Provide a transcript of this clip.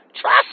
Trust